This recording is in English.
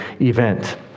event